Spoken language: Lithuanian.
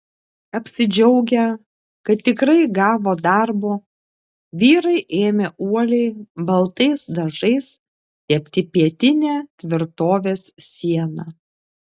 apsidžiaugę kad tikrai gavo darbo vyrai ėmė uoliai baltais dažais tepti pietinę tvirtovės sieną